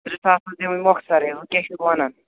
زٕ ساس حظ دِمَےموکھسَرٕے وۄنۍ کینٛہہ چھُکھ ونان